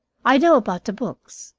i know about the books,